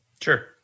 Sure